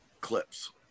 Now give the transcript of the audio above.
clips